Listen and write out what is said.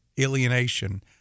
alienation